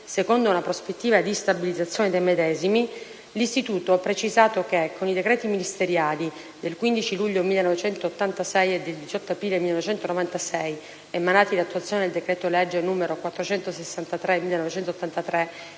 secondo una prospettiva di stabilizzazione dei medesimi, l'istituto ha precisato che, con i decreti ministeriali del 15 luglio 1986 e del 18 aprile 1996, emanati in attuazione del decreto-legge n. 463 del 1983,